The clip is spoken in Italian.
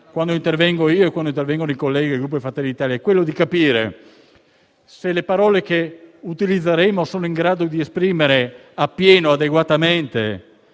quando intervengo io e quando intervengono i colleghi del Gruppo Fratelli d'Italia è capire se le parole che utilizzeremo sono in grado di esprimere appieno e adeguatamente